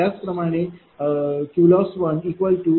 त्याचप्रमाणे QLoss1x×P2Q2। V।20